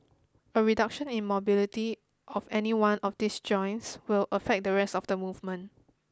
a reduction in mobility of any one of these joints will affect the rest of the movement